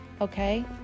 Okay